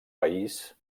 país